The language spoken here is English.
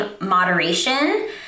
moderation